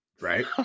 Right